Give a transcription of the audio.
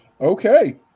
Okay